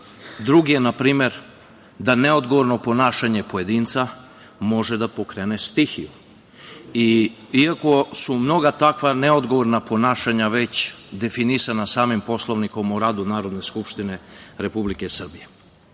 Drugi je npr. da neodgovorno ponašanje pojedinca može da pokrene stihiju, iako su mnoga takva neodgovorna ponašanja već definisana samim Poslovnikom o radu Narodne skupštine Republike Srbije. Kada